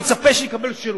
והוא מצפה שיקבל שירות.